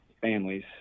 families